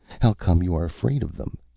how come you are afraid of them?